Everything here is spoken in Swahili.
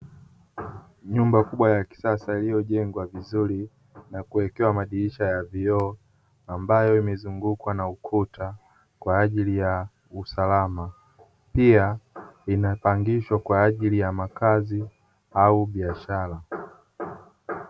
Nyumba kubwa ya kisasa iliyojengwa vizuri na kuwekewa madirisha ya vioo, ambayo inazungukwa na ukuta kwa ajili ya usalama, pia inapangishwa kwa ajili ya makazi au biashara.